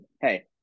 Hey